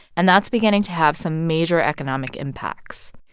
and that's beginning to have some major economic impacts.